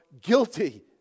guilty